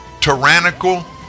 tyrannical